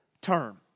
term